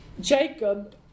Jacob